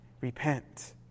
repent